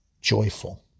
joyful